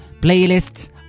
playlists